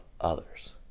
others